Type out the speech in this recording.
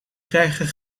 krijgen